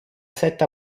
set